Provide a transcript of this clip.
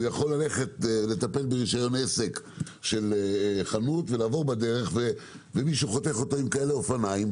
יכול לטפל ברשיון עסק של חנות ולעבור בדרך ומישהו חותך אותו עם אופניים,